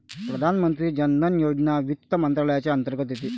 प्रधानमंत्री जन धन योजना वित्त मंत्रालयाच्या अंतर्गत येते